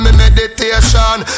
meditation